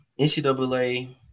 NCAA